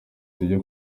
tujye